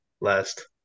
last